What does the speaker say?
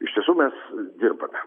iš tiesų mes dirbame